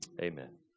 amen